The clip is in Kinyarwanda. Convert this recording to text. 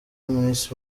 miss